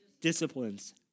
disciplines